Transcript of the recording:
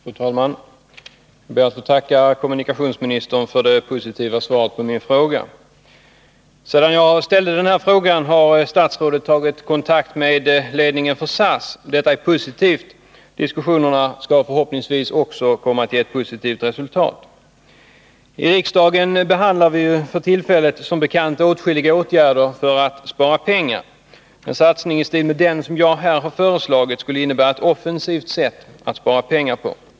Fru talman! Jag ber att få tacka kommunikationsministern för det positiva svaret på min fråga. Sedan jag ställde denna fråga har statsrådet tagit kontakt med ledningen för SAS. Det är positivt. Diskussionerna skall förhoppningsvis också komma att ge ett positivt resultat. I riksdagen överväger vi som bekant för tillfället åtskilliga åtgärder för att spara pengar. En satsning i stil med den jag här föreslagit skulle innebära ett offensivt sätt att spara pengar på.